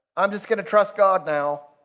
i'm just gonna trust god now.